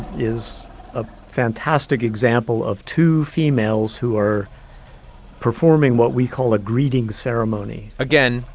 is a fantastic example of two females who are performing what we call a greeting ceremony again,